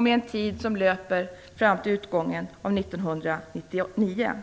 med en tid som löper fram till utgången av 1999.